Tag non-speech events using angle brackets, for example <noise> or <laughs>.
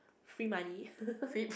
free money <laughs>